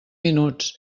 minuts